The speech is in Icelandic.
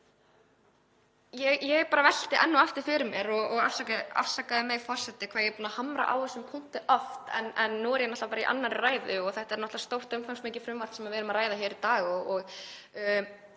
Ég bara velti enn og aftur fyrir mér — afsakaðu mig, forseti, hvað ég er búin að hamra á þessum punkti oft en nú er ég bara í annarri ræðu og þetta er náttúrlega stórt og umfangsmikið frumvarp sem við erum að ræða hér í dag